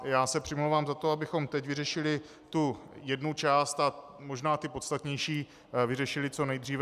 Já se přimlouvám za to, abychom teď vyřešili tu jednu část a možná ty podstatnější vyřešili co nejdříve.